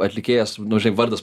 atlikėjas nu žinai vardas